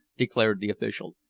declared the official.